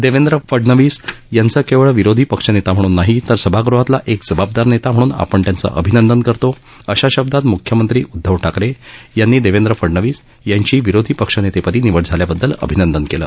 देवेंद्र फडणवीस यांचं केवळ विरोधी पक्षनेता म्हणून नाही तर सभागृहातला एक जबाबदार नेता म्हणून आपण त्यांचं अभिनंदन करतो अशा शब्दांत मुख्यमंत्री उद्धव ठाकरे यांनी देवेंद्र फडणवीस यांची विरोधी पक्षनेतेपदी निवड झाल्याबददल अभिनंदन केलं